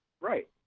Right